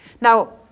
Now